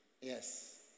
Yes